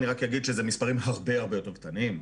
אני רק אגיד שאלה מספרים הרבה הרבה יותר קטנים,